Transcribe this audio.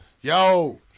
yo